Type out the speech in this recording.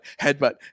headbutt